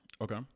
okay